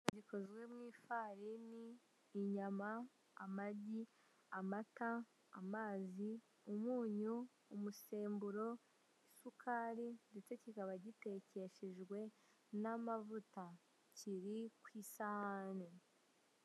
Bikozwe mu ifarini, inyama, amagi, amata, amazi, umunyu, umusemburo, isukari ndetse kikaba gitekeshejwe n'amavuta. Kiri ku isahani.